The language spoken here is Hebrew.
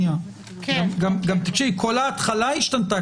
כל ההתחלה השתנתה,